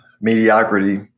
mediocrity